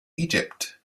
egypt